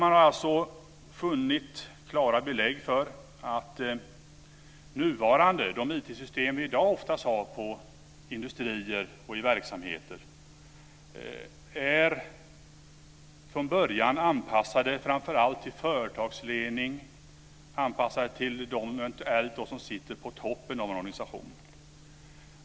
Man har funnit klara belägg för att de IT-system som man i dag oftast har i industrier och andra verksamheter från början är anpassade till framför allt företagsledning och till de som sitter på toppen av en organisation.